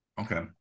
okay